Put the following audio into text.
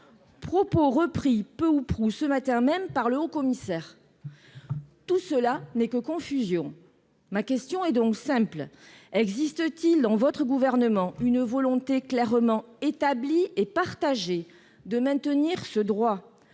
propos repris, peu ou prou, ce matin même par le Haut-Commissaire. Quelle confusion ! Ma question est simple : existe-t-il, dans votre gouvernement, une volonté clairement établie et partagée de maintenir ce droit,